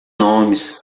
nomes